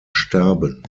starben